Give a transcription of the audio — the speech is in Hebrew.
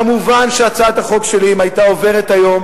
כמובן, הצעת החוק שלי, אם היתה עוברת היום